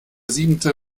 siebente